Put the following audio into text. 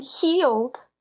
healed